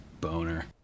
Boner